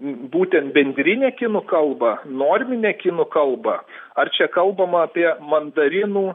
būtent bendrinę kinų kalba norminę kinų kalbą ar čia kalbama apie mandarinų